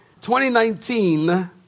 2019